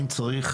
אם צריך